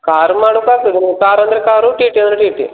car ಮಾಡು ಕಾರಂದ್ರೆ car T T ಅಂದರೆ T T